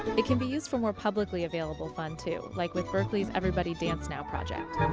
it can be used for more publicly available fun, too. like with berkeley's everybody dance now project.